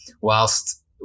whilst